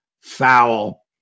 foul